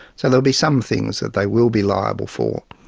so there'll be some things that they will be liable for,